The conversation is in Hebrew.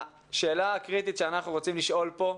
השאלה הקריטית שאנחנו רוצים לשאול פה,